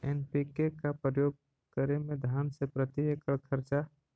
NPK का प्रयोग करे मे धान मे प्रती एकड़ खर्चा?